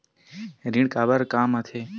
ऋण काबर कम आथे?